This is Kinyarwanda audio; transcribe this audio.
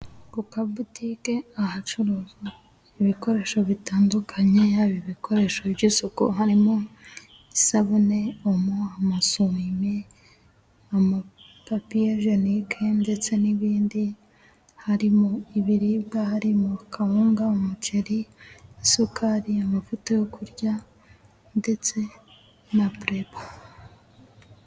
Ku kabutike ahacuruzwa ibikoresho bitandukanye, yaba ibikoresho by'isuku harimo isabune, omo, amasume, amapapiyijiyenike ndetse n'ibindi. Harimo ibiribwa, harimo kawunga, umuceri, isukari, amavuta yo kurya ndetse na buleba.